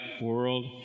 world